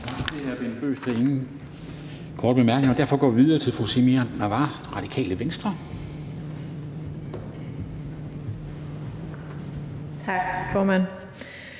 Tak, formand.